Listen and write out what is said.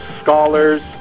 scholars